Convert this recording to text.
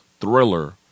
thriller